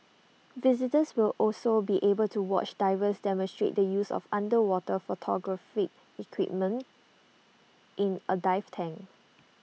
visitors will also be able to watch divers demonstrate the use of underwater photographic equipment in A dive tank